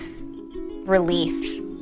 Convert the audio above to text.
relief